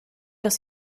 los